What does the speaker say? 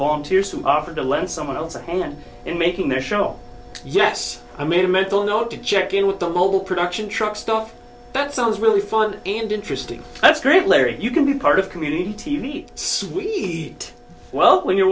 volunteers to offer to lend someone else a hand in making the show yes i made a mental note to check in with the local production truck stuff that sounds really fun and interesting that's great larry you can be part of community t v suite well when you're